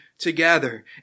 together